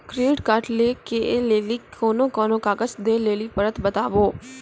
Credit card लै के लेली कोने कोने कागज दे लेली पड़त बताबू?